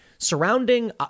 Surrounding